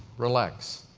relax.